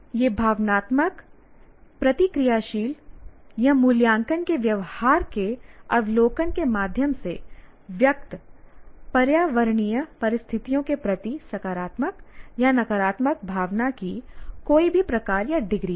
यह भावनात्मक प्रतिक्रियाशील या मूल्यांकन के व्यवहार के अवलोकन के माध्यम से व्यक्त पर्यावरणीय परिस्थितियों के प्रति सकारात्मक या नकारात्मक भावना की कोई भी प्रकार या डिग्री है